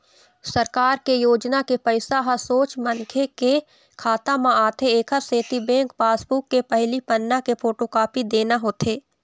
सरकार के योजना के पइसा ह सोझ मनखे के खाता म आथे एकर सेती बेंक पासबूक के पहिली पन्ना के फोटोकापी देना होथे